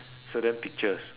certain pictures